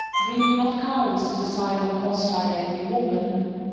dreaming of cows is a sign of a hostile, angry woman.